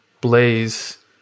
Blaze